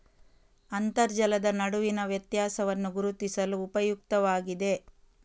ಅಂತರ್ಜಲದ ನಡುವಿನ ವ್ಯತ್ಯಾಸವನ್ನು ಗುರುತಿಸಲು ಉಪಯುಕ್ತವಾಗಿದೆ